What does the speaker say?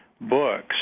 books